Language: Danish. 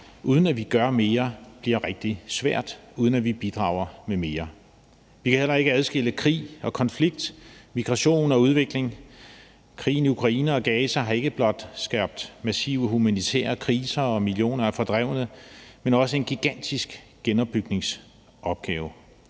uden at vi gør mere eller bidrager med mere, bliver rigtig svært. Vi kan heller ikke adskille krig og konflikt, migration og udvikling. Krigen i Ukraine og i Gaza har ikke blot skabt massive humanitære kriser og millioner af fordrevne, men også en gigantisk genopbygningsopgave.